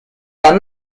pas